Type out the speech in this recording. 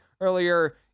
earlier